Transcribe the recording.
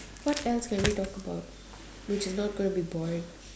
what else can we talk about which is not gonna be boring